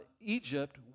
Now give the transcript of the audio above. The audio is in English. Egypt